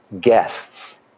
Guests